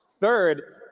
Third